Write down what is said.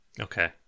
Okay